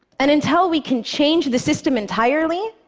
and until we can change the system entirely,